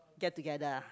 get together ah